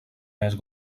més